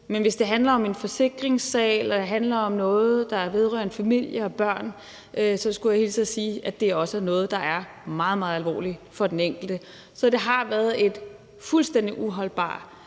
Men hvis det handler om en forsikringssag eller handler om noget, der vedrører en familie og børn, skulle jeg hilse at sige, at det også er noget, der er meget, meget alvorligt for den enkelte. Så det har været en fuldstændig uholdbar